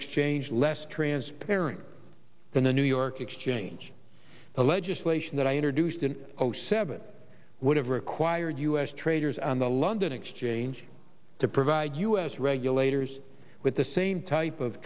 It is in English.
exchange less transparent than the new york exchange the legislation that i introduced in zero seven would have required us traders on the london exchange to provide us regulators with the same type of